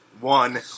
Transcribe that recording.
one